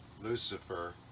Lucifer